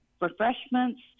refreshments